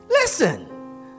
listen